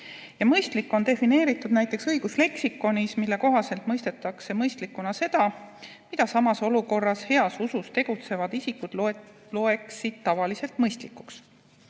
"Mõistlik" on defineeritud näiteks õigusleksikonis, mille kohaselt mõistetakse mõistlikuna seda, mida samas olukorras heas usus tegutsevad isikud loeksid tavaliselt mõistlikuks.